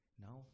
Now